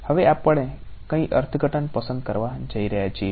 હવે આપણે કઈ અર્થઘટન પસંદ કરવા જઈ રહ્યા છીએ